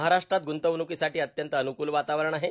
महाराष्ट्रात ग्ंतवण्कीसाठी अत्यंत अन्कूल वातावरण आहे